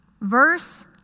verse